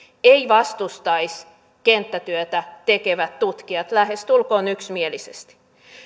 eivät vastustaisi kenttätyötä tekevät tutkijat lähestulkoon yksimielisesti